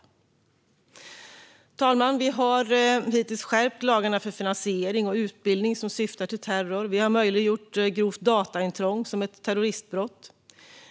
Fru talman! Vi har hittills skärpt lagarna för finansiering och utbildning som syftar till terror. Vi har möjliggjort att grovt dataintrång ska ses som ett terroristbrott.